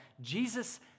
Jesus